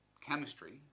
Chemistry